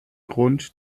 grund